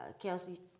kelsey